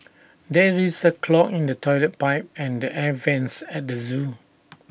there is A clog in the Toilet Pipe and the air Vents at the Zoo